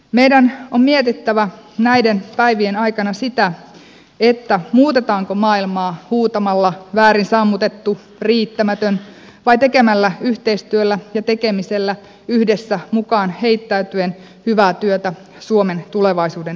meidän on mietittävä näiden päivien aikana sitä muutetaanko maailmaa huutamalla väärin sammutettu riittämätön vai tekemällä yhteistyöllä ja yhdessä mukaan heittäytyen hyvää työtä suomen tulevaisuuden eteen